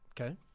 Okay